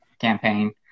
campaign